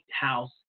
House